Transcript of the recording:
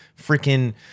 freaking